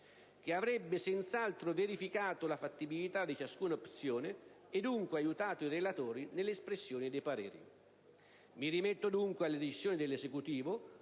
che avrebbe senz'altro verificato la fattibilità di ciascuna opzione e dunque aiutato i relatori nell'espressione dei pareri. Mi rimetto dunque alle decisioni dell'Esecutivo,